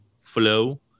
flow